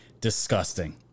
disgusting